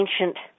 ancient